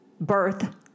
birth